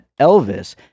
Elvis